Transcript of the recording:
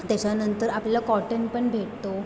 तेच्यानंतर आपल्याला कॉटन पण भेटतो